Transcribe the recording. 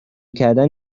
کردن